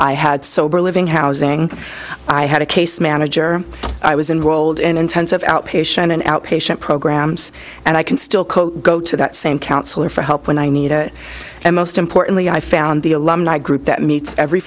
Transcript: i had sober living housing i had a case manager i was in rolled in intensive outpatient and outpatient programs and i can still go to that same counselor for help when i need it and most importantly i found the alumni group that meets every